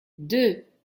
deux